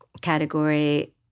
category